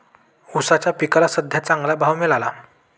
ऊसाच्या पिकाला सद्ध्या चांगला भाव मिळाला